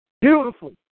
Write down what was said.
Beautifully